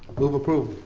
move approve.